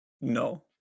No